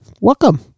Welcome